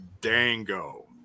Dango